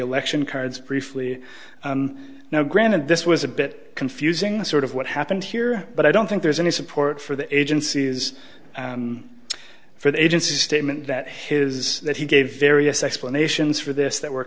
election cards briefly now granted this was a bit confusing sort of what happened here but i don't think there's any support for the agencies for the agency statement that his that he gave various explanations for this that were